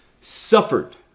suffered